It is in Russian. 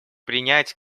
принять